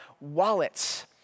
wallets